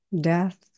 death